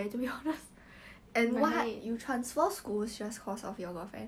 so he is in year one he learning all the accounting ah marketing all that now